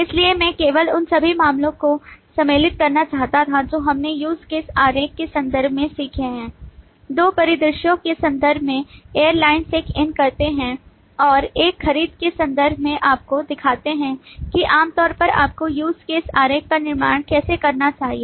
इसलिए मैं केवल उन सभी मामलों को समेकित करना चाहता था जो हमने use case आरेख के संदर्भ में सीखे हैं दो परिदृश्यों के संदर्भ में एयरलाइंस चेक इन करते हैं और एक खरीद के संदर्भ में आपको दिखाते हैं कि आमतौर पर आपको use case आरेख का निर्माण कैसे करना चाहिए